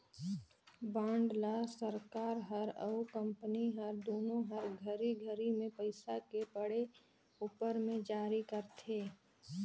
bond ल सरकार हर अउ कंपनी हर दुनो हर घरी घरी मे पइसा के पड़े उपर मे जारी करथे